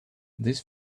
these